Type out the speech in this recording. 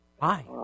Hi